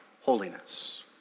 holiness